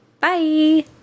Bye